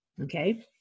okay